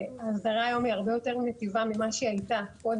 וההסדרה היום היא הרבה יותר מיטיבה ממה שהיא הייתה קודם.